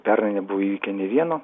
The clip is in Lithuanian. pernai nebuvo įvykio nei vieno